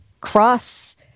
cross